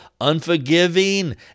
unforgiving